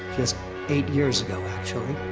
just eight years ago actually.